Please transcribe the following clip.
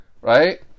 Right